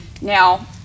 now